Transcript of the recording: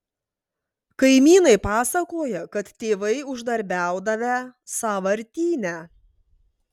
kaimynai pasakoja kad tėvai uždarbiaudavę sąvartyne